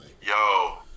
Yo